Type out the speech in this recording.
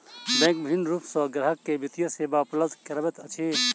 bank विभिन्न रूप सॅ ग्राहक के वित्तीय सेवा उपलब्ध करबैत अछि